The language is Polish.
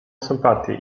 sympatię